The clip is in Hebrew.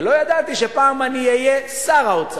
ולא ידעתי שפעם אני אהיה שר האוצר,